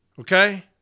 okay